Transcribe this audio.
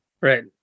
Right